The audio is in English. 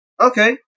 Okay